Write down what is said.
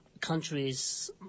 countries